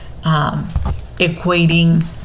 equating